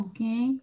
Okay